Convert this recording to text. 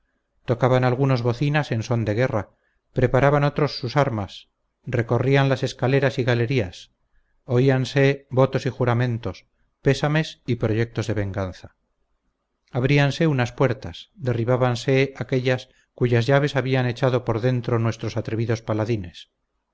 tocaban algunos bocinas en son de guerra preparaban otros sus armas recorríais las escaleras y galerías oíanse votos y juramentos pésames y proyectos de venganza abríanse unas puertas derribábanse aquellas cuyas llaves habían echado por dentro nuestros atrevidos paladines